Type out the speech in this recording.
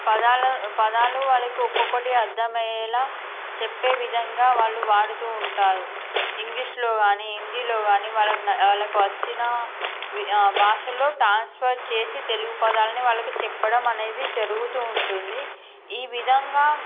పదాల పదాలు వాళ్ళకొక్కొక్కటి అర్థమయ్యేలా చెప్పే విధంగా వాళ్ళు వాడుతూ ఉంటారు ఇంగ్లీషులో గానీ హిందీలో గానీ వాళ్ళకి న వాళ్ళకి వచ్చిన వి భాషల్లో ట్రాన్స్ఫర్ చేసి తెలుగు పదాల్ని వాళ్ళకు చెప్పడం అనేది జరుగుతూ ఉంటుంది ఈ విధంగా